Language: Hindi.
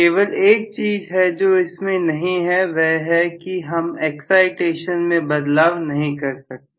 केवल एक चीज है जो इसमें नहीं है वह है कि हम एक्साइटेशन में बदलाव नहीं कर सकते